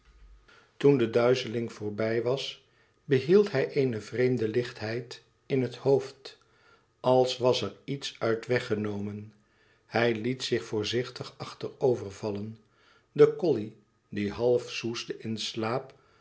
toen de duizeling voorbij was behield hij eene vreemde lichtheid in het hoofd als was er iets uit weggenomen hij liet zich voorzichtig achterover vallen de colley die half soesde in slaap